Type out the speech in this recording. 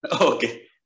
Okay